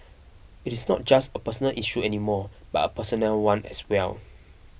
it is not just a personal issue any more but a personnel one as well